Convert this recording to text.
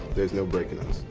there's no break in us.